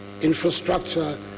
infrastructure